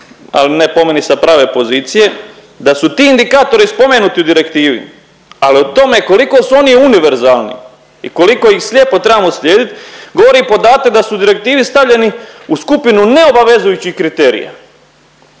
al ne po meni sa prave pozicije, da su ti indikatori spomenuti u direktivi, ali o tome koliko su oni univerzalni i koliko ih slijepo trebamo slijedit govori podatak da su u direktivi stavljeni u skupinu neobavezujućih kriterija.